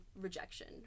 rejection